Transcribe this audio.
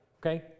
okay